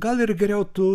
gal ir geriau tu